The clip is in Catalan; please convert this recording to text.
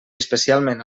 especialment